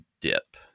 dip